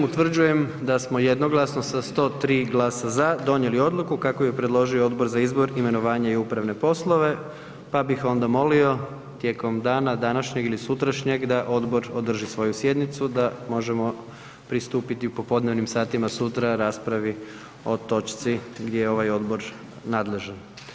Utvrđujem da smo jednoglasno sa 103 glasa za donijeli odluku kako je predložio Odbor za izbor, imenovanje i upravne poslove, pa bih onda molio tijekom dana današnjeg ili sutrašnjeg da odbor održi svoju sjednicu da možemo pristupiti u popodnevnim satima sutra raspravi o točki gdje je ovaj odbor nadležan.